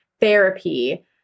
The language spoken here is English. therapy